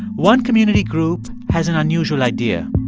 one community group has an unusual idea.